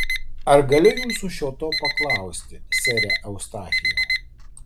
ar galiu jūsų šio to paklausti sere eustachijau